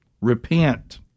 Repent